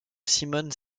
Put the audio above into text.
simone